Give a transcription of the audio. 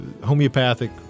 homeopathic